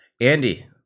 Andy